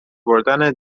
بردن